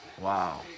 Wow